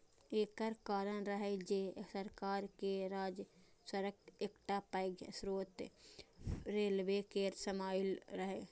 एकर कारण रहै जे सरकार के राजस्वक एकटा पैघ स्रोत रेलवे केर कमाइ रहै